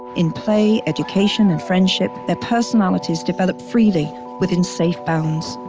in play, education and friendship, their personalities develop freely within safe bounds.